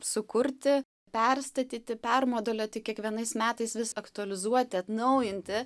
sukurti perstatyti permodulioti kiekvienais metais vis aktualizuoti atnaujinti